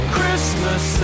Christmas